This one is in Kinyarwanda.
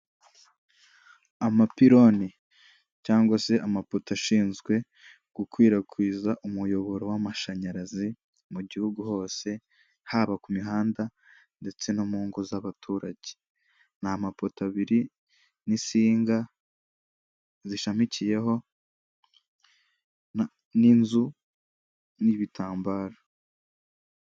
Amapironi cyangwa se amapoto ashinzwe gukwirakwiza umuyoboro w'amashanyarazi mu gihugu hose, haba ku mihanda ndetse no mu ngo z'abaturage ni amapoto abiri n'insinga zishamikiyeho n'inzu n'ibitambaro.